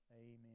Amen